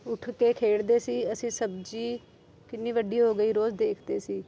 ਉੱਠ ਕੇ ਖੇਡਦੇ ਸੀ ਅਸੀਂ ਸਬਜ਼ੀ ਕਿੰਨੀ ਵੱਡੀ ਹੋ ਗਈ ਰੋਜ਼ ਦੇਖਦੇ ਸੀ